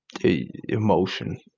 emotion